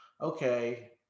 okay